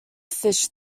fish